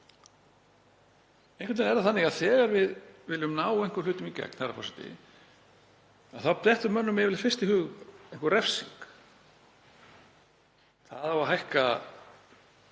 Einhvern veginn er það þannig að þegar við viljum ná einhverjum hlutum í gegn, herra forseti, þá dettur mönnum yfirleitt fyrst í hug einhver refsing. Það á að hækka